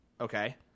Okay